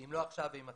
שאם לא עכשיו, אימתי?